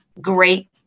great